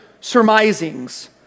surmisings